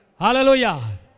Hallelujah